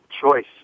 choice